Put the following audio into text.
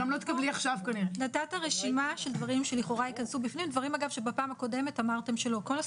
אתה צריך לומר שהנושא בבג"ץ ויש דיון ב-4